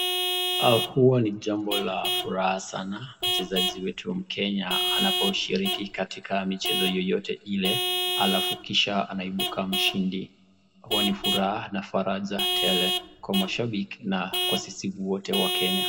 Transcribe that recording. Huwa ni jambo la furaha sana, mchezaji wetu Mkenya anaposhiriki katika michezo yoyote ile, alafu kisha anaibuka mshindi. Huwa ni furaha na faraja tele kwa mashabiki na kwa sisi wote Wakenya.